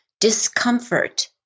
discomfort